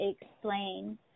explain